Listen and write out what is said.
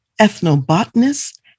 ethnobotanist